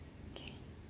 okay